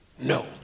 no